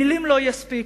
מלים לא יספיקו,